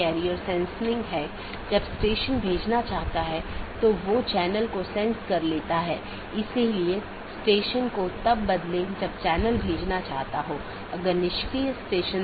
इसलिए open message दो BGP साथियों के बीच एक सेशन खोलने के लिए है दूसरा अपडेट है BGP साथियों के बीच राउटिंग जानकारी को सही अपडेट करना